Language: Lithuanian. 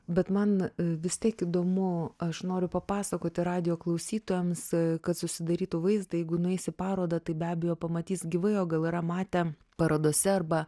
bet man vis tiek įdomu aš noriu papasakoti radijo klausytojams kad susidarytų vaizdą jeigu nueis į parodą tai be abejo pamatys gyvai o gal yra matę parodose arba